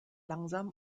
langsam